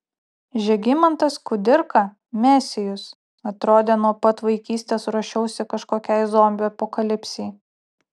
žygimantas kudirka mesijus atrodė nuo pat vaikystės ruošiausi kažkokiai zombių apokalipsei